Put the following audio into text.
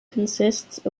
consists